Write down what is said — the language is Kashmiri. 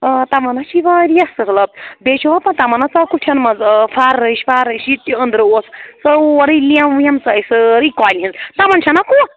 آ تِمن ہاو چھی واریاہ سہلاب بیٚیہِ چھُوا پتہ تَمن ہا ژاو کُٹھٮ۪ن منٛز آب فَرٕش فَرٕش یہِ تہِ أنٛدرٕ اوس سورُے لیٚمب ویٚمب ژاے سٲرٕے کۄلہِ ہِنٛز تِمَن چھَنا کُٹھ